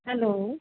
hello